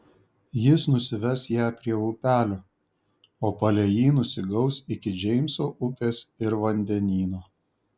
jis nusives ją prie upelio o palei jį nusigaus iki džeimso upės ir vandenyno